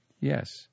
yes